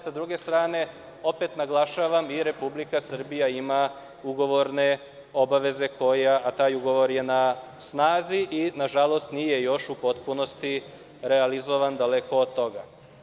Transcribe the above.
S druge strane, opet naglašavam, i Republika Srbija ima ugovorne obaveze, a taj ugovor je na snazi i, nažalost, nije još u potpunosti realizovan, daleko od toga.